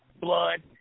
blood